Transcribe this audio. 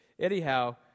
anyhow